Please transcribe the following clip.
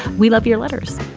we love your letters.